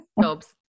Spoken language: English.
Jobs